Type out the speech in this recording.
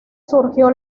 surgió